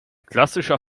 klassischer